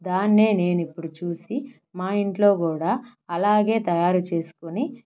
దాన్నే నేను ఇప్పుడు చూసి మా ఇంట్లో కూడా అలాగే తయారు చేసుకొని